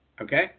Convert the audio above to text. Okay